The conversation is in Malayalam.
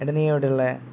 എടാ നി എവിടെയാണ് ഉള്ളത്